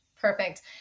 Perfect